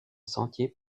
sentier